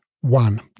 One